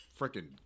freaking